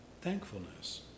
thankfulness